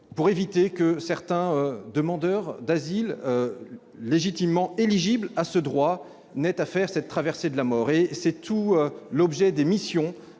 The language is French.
éviter que certains demandeurs d'asile, légitimement éligibles à ce droit, n'aient à faire cette traversée de la mort. C'est tout l'objet des missions